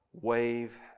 wave